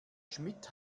schmidt